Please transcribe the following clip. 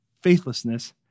faithlessness